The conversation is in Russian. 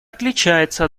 отличается